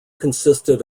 consisted